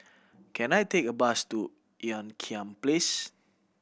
can I take a bus to Ean Kiam Place